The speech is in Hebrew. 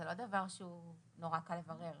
זה לא דבר שנורא קל לברר.